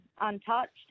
untouched